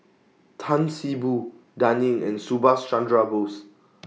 Tan See Boo Dan Ying and Subhas Chandra Bose